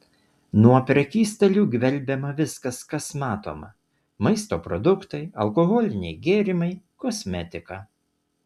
nuo prekystalių gvelbiama viskas kas matoma maisto produktai alkoholiniai gėrimai kosmetika